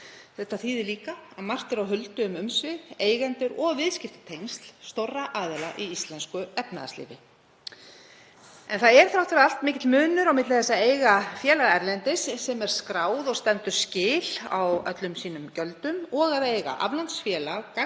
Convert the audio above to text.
Þetta þýðir líka að margt er á huldu um umsvif, eigendur og viðskiptatengsl stórra aðila í íslensku efnahagslífi. En það er þrátt fyrir allt mikill munur á milli þess að eiga félag erlendis sem er skráð og stendur skil á öllum sínum gjöldum, og að eiga aflandsfélag